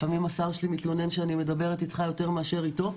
לפעמים השר שלי מתלונן שאני מדברת איתך יותר מאשר אתו.